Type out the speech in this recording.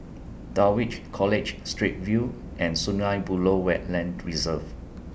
Dulwich College Straits View and Sungei Buloh Wetland Reserve